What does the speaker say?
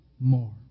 more